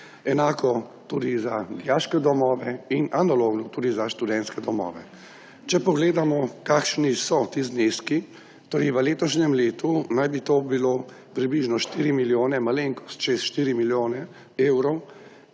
Enako tudi za dijaške domove in analogno tudi za študentske domove. Če pogledamo, kakšni so ti zneski. V letošnjem letu naj bi to bilo malenkost čez 4 milijone evrov,